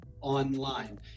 online